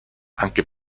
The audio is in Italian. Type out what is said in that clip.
anche